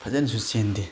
ꯐꯖꯅꯁꯨ ꯆꯦꯟꯗꯦ